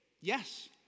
yes